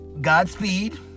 Godspeed